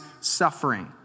suffering